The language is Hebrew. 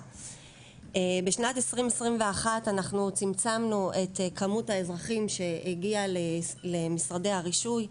בשנת 2021 צמצמנו את כמות האזרחים שהגיעה למשרדי הרישוי,